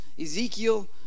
Ezekiel